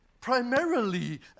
primarily